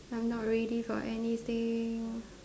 I'm not ready for anything